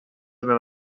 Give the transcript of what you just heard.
même